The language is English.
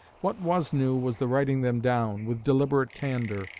what was new was the writing them down, with deliberate candour,